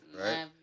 right